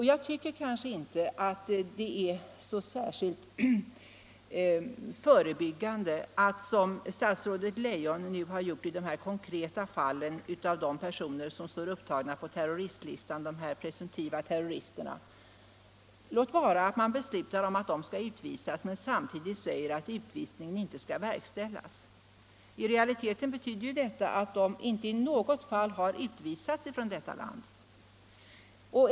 Jag tycker kanske inte att statsrådet Leijons handhavande av frågan om eventuell utvisning av de personer som står upptagna i terroristlistan, de presumtiva terroristerna, är särskilt förebyggande. Man beslutar att de skall utvisas, men att utvisningen inte skall verkställas. I realiteten betyder detta att utvisning inte i något fall ägt rum.